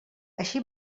així